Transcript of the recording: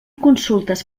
consultes